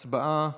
הצבעה.